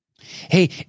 Hey